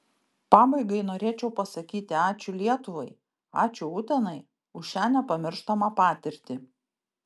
pabaigai norėčiau pasakyti ačiū lietuvai ačiū utenai už šią nepamirštamą patirtį